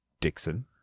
Dixon